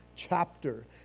chapter